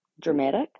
dramatic